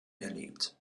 erlebt